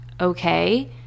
okay